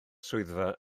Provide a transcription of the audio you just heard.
swyddfa